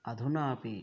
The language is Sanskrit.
अधुनापि